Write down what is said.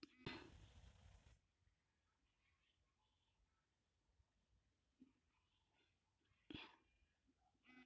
ನದೀಮುಖಗಳು ಅನೇಕ ಮೀನಿನ ನರ್ಸರಿಗಳಿಗೆ ಆವಾಸಸ್ಥಾನಗಳನ್ನು ಒದಗಿಸುತ್ವೆ ಉದಾ ಸ್ಯಾಲ್ಮನ್ ಮತ್ತು ಸೀ ಟ್ರೌಟ್